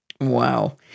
Wow